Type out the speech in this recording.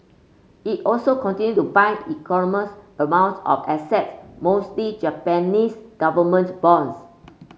it also continue to buy amounts of assets mostly Japanese government bonds